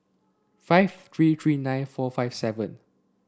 five three three nine four five seven